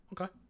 Okay